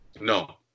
No